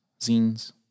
zines